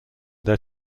their